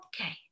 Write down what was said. Okay